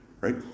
Right